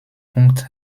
punkt